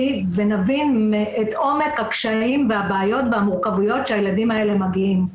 ונבין את עומק הכשלים והבעיות והמורכבויות שהילדים האלה מגיעים איתם.